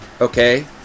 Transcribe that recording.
Okay